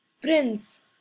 Prince